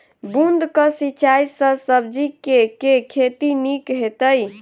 बूंद कऽ सिंचाई सँ सब्जी केँ के खेती नीक हेतइ?